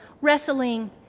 wrestling